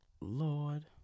Lord